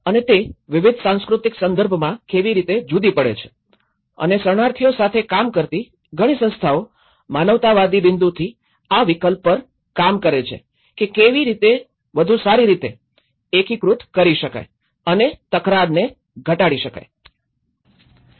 અને તે વિવિધ સાંસ્કૃતિક સંદર્ભમાં કેવી રીતે જુદી પડે છે અને શરણાર્થીઓ સાથે કામ કરતી ઘણી સંસ્થાઓ માનવતાવાદી બિંદુથી આ વિકલ્પ પર કામ કરે છે કે કેવી રીતે વધુ સારી રીતે એકીકૃત કરી શકાય અને તકરારને ઘટાડી શકીએ